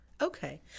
Okay